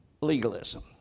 legalism